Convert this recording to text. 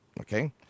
Okay